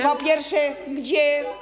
Po pierwsze, gdzie.